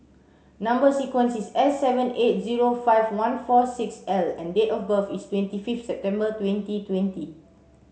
number sequence is S seven eight zero five one four six L and date of birth is twenty fifth September twenty twenty